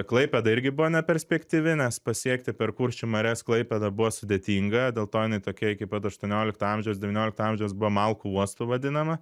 klaipėda irgi buvo neperspektyvi nes pasiekti per kuršių marias klaipėdą buvo sudėtinga dėl to jinai tokia iki pat aštuoniolikto amžiaus devyniolikto amžiaus buvo malkų uostu vadinama